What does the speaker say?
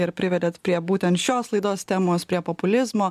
ir privedėt prie būtent šios laidos temos prie populizmo